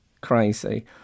crazy